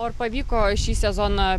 o ar pavyko šį sezoną